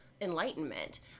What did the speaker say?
Enlightenment